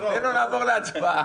תן לו לעבור להצבעה.